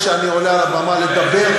כשאני עולה על הבמה לדבר,